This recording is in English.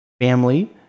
family